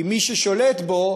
כי מי ששולטים בו